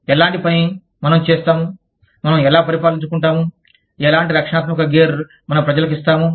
ఎలాంటి పని మనం చేస్తాముమనం ఎలా పరిపాలించుకుంటాము ఎలాంటి రక్షణాత్మక గేర్ మన ప్రజలకు ఇస్తాము